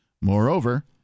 Moreover